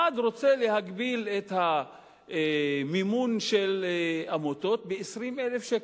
אחד רוצה להגביל את המימון של עמותות ל-20,000 שקל.